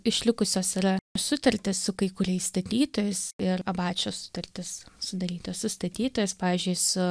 išlikusios yra sutartys su kai kuriais statytojais ir pačios sutartys sudarytos su statytojais pavyzdžiui su